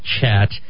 chat